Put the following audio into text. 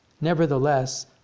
Nevertheless